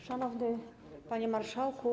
Szanowny Panie Marszałku!